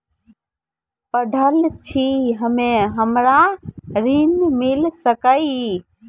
पढल छी हम्मे हमरा ऋण मिल सकई?